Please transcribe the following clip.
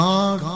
God